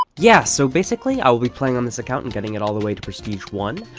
yeah! so basically, i will be playing on this account and getting it all the way to prestige one!